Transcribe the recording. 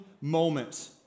moment